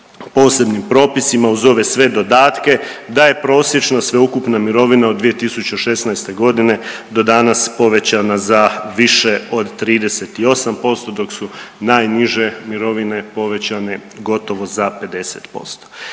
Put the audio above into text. posebnim propisima uz ove sve dodatke da je prosječno sveukupno mirovine od 2016. godine do danas povećana za više od 38% dok su najniže mirovine povećane gotovo za 50%.